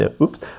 Oops